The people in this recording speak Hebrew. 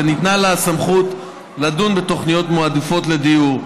וניתנה לו הסמכות לדון בתוכניות מועדפות לדיור,